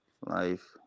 Life